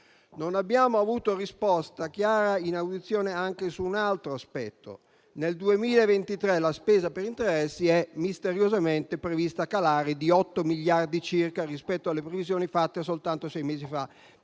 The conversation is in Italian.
Non abbiamo avuto risposta chiara in audizione neanche su un altro aspetto. Nel 2023 la spesa per interessi è misteriosamente prevista in calo di 8 miliardi circa rispetto alle previsioni fatte soltanto sei mesi fa,